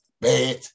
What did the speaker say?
bad